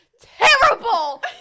terrible